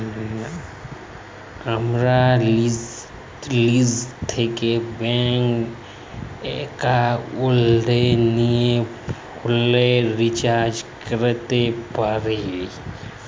আমরা লিজে থ্যাকে ব্যাংক একাউলটে লিয়ে ফোলের রিচাজ ক্যরতে পারি